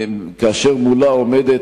כאשר מולה עומדות